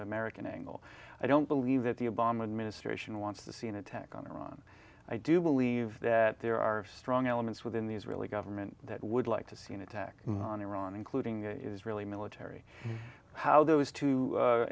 american angle i don't believe that the obama administration wants to see an attack on iran i do believe that there are strong elements within the israeli government that would like to see an attack on iran including israeli military how those two